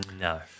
No